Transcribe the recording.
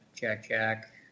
jack-jack